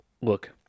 Look